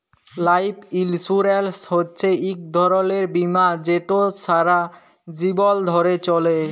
life insurance হছে ইক ধরলের বীমা যেট সারা জীবল ধ্যরে চলে